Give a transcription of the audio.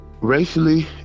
Racially